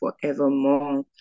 forevermore